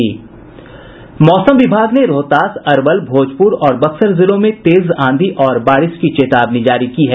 मौसम विभाग ने रोहतास अरवल भोजपुर और बक्सर जिलों में तेज आंधी और बारिश की चेतावनी जारी की है